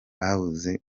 babuze